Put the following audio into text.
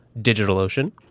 DigitalOcean